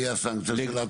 מה יהיה הסנקציה שלה?